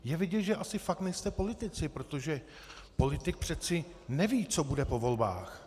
Je vidět, že asi fakt nejste politici, protože politik přece neví, co bude po volbách.